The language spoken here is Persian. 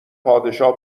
پادشاه